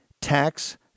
Tax